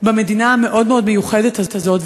במדינה המאוד-מאוד מיוחדת הזאת,